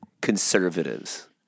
conservatives